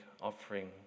offering